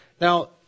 Now